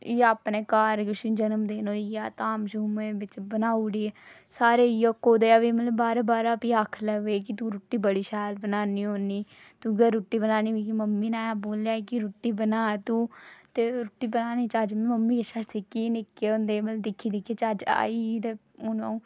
ते एह् अपने घर जियां जनमदिन होई गेआ ते धाम एह् बनाई ओड़ी ते सारे बी इयै मतलब कि बाहरै बाहरै आक्खन लगे कि तू रुट्टी शैल बनान्नी होन्नी तूऐ रुट्टी बनानी मिगी मम्मी नै आक्खेआ ते रुट्टी बनानी दी चज्ज में मम्मी कशा सिक्खी में निक्के होंदे दिक्खी दिक्खी चज्ज मिगी आई हून अंऊ